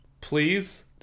Please